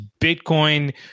Bitcoin